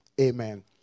Amen